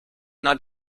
not